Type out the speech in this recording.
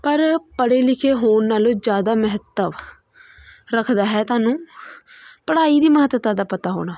ਪਰ ਪੜ੍ਹੇ ਲਿਖੇ ਹੋਣ ਨਾਲੋਂ ਜ਼ਿਆਦਾ ਮਹੱਤਵ ਰੱਖਦਾ ਹੈ ਤੁਹਾਨੂੰ ਪੜ੍ਹਾਈ ਦੀ ਮਹੱਤਤਾ ਦਾ ਪਤਾ ਹੋਣਾ